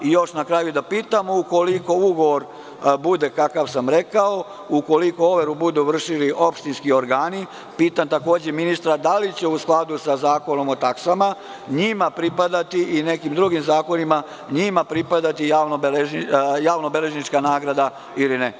Na kraju da pitamo, ukoliko ugovor bude kakav sam rekao, ukoliko overu budu vršili opštinski organi, pitam takođe ministra da li će u skladu sa Zakonom o taksama i nekim drugim zakonima njima pripadati javnobeležnička nagrada, ili ne?